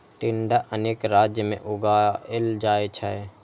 टिंडा अनेक राज्य मे उगाएल जाइ छै